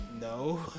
No